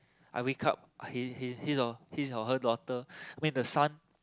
I wake up his his his or her daughter I mean the son